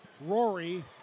Rory